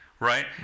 Right